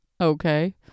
Okay